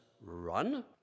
run